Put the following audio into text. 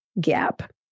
gap